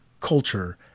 culture